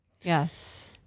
Yes